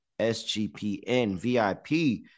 SGPNVIP